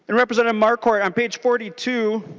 and representative marquart on page forty two